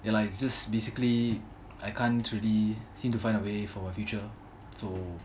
ya lah it's just basically I can't really seem to find a way for future so